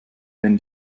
wenn